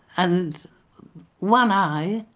and one eye